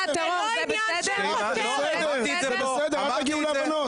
זה בסדר, אל תגיעו להבנות.